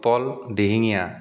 Utpal Dihingia